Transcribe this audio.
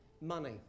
money